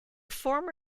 former